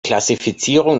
klassifizierung